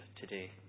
today